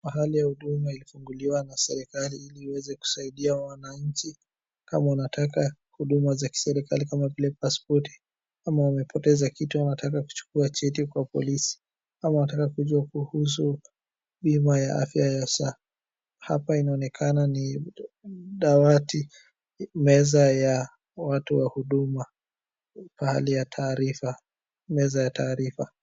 Mahali ya huduma ilifunguliwa na serikali ili iweze kusaidia wananchi, kama unataka huduma za kiserikali kama vile paspoti, kama umepoteza kitu ama unataka kuchua cheti kwa polisi, ama unataka kujua kuhusu bima ya afya ya sha. Hapa inaonekana ni dawati, meza ya watu wa huduma, pahali ya taarifa, meza ya taarifa.